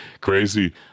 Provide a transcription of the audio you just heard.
crazy